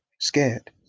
scared